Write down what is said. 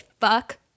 fuck